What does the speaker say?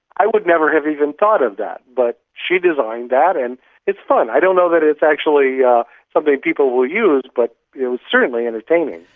i would never have even thought of that, but she designed that and it's fun. i don't know that it's actually yeah something people will use, but it was certainly entertaining.